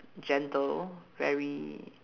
gentle very